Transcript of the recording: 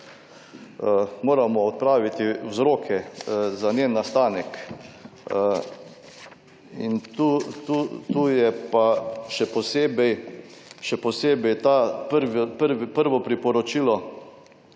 moramo odpraviti vzroke za njen nastanek in tu je pa še posebej to prvo priporočilo,